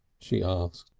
she asked,